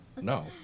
No